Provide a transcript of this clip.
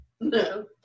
No